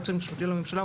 היועץ המשפטי לממשלה,